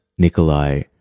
Nikolai